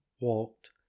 walked